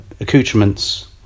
accoutrements